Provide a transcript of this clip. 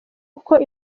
uko